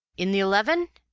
in the eleven?